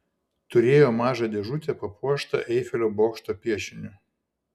turėjo mažą dėžutę papuoštą eifelio bokšto piešiniu